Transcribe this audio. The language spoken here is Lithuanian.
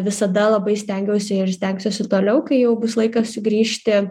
visada labai stengiausi ir stengsiuosi toliau kai jau bus laikas sugrįžti